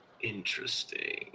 Interesting